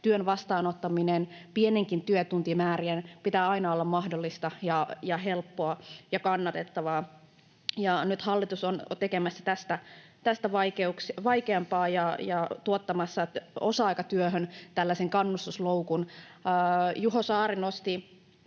työtuntimäärien, vastaanottamisen pitää aina olla mahdollista ja helppoa ja kannatettavaa. Nyt hallitus on tekemässä tästä vaikeampaa ja tuottamassa osa-aikatyöhön tällaisen kannustinloukun. Juho Saari nosti